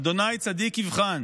"ה' צדיק יבחן"